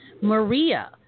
Maria